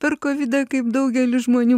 per kovidą kaip daugelis žmonių